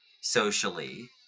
socially